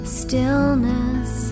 stillness